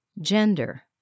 Gender